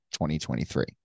2023